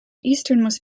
easternmost